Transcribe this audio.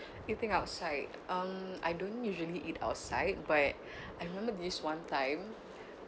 eating outside um I don't usually eat outside but I remember this one time